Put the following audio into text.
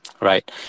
right